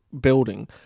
building